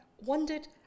wondered